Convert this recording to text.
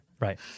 Right